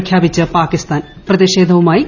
പ്രഖ്യാപിച്ച് പാകിസ്ഥാൻ പ്രെതിഷേധവുമായി ഇന്തൃ